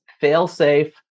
fail-safe